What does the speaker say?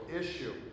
issue